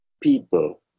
people